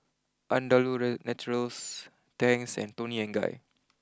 Andalou Naturals Tangs and Toni Guy